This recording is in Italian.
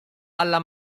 alla